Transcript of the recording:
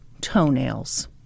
toenails